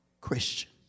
Christian